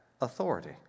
authority